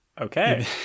Okay